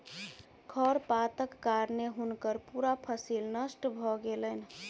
खरपातक कारणें हुनकर पूरा फसिल नष्ट भ गेलैन